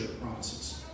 promises